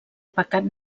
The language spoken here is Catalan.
pecat